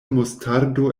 mustardo